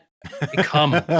Come